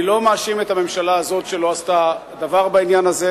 אני לא מאשים את הממשלה הזאת שלא עשתה דבר בעניין הזה,